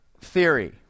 Theory